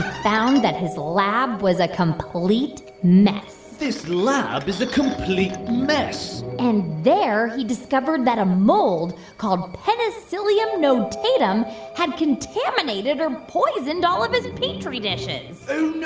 found that his lab was a complete mess this lab is a complete mess and there he discovered that a mold called penicillium notatum had contaminated or poisoned all of his petri dishes oh,